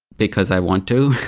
because i want to